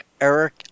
eric